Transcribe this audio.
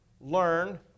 learn